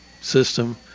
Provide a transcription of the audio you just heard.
system